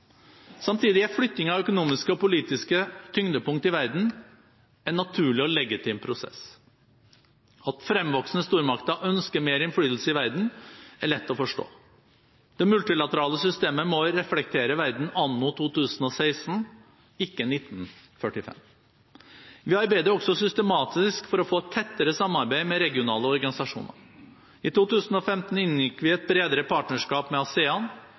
Samtidig er flytting av økonomiske og politiske tyngdepunkt i verden en naturlig og legitim prosess. At fremvoksende stormakter ønsker mer innflytelse i verden, er lett å forstå. Det multilaterale systemet må reflektere verden anno 2016, ikke 1945. Vi arbeider også systematisk for å få et tettere samarbeid med regionale organisasjoner. I 2015 inngikk vi et bredere partnerskap med ASEAN.